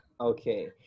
okay